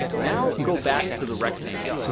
now go back to the rectangle.